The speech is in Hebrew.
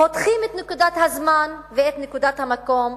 חותכים את נקודת הזמן ואת נקודת המקום,